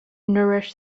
nourish